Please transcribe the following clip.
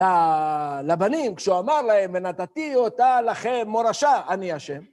לבנים, כשהוא אמר להם, ונתתי אותה לכם מורשה, אני השם.